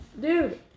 Dude